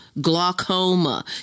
glaucoma